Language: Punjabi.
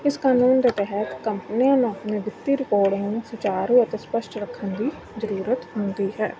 ਇਸ ਕਾਨੂੰਨ ਦੇ ਤਹਿਤ ਕੰਪਨੀਆਂ ਨੂੰ ਆਪਣੇ ਵਿਤੀ ਰਿਕੋਰਡ ਨੂੰ ਸੁਚਾਰੂ ਅਤੇ ਸਪਸ਼ਟ ਰੱਖਣ ਦੀ ਜ਼ਰੂਰਤ ਹੁੰਦੀ ਹੈ